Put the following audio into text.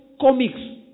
comics